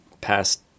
past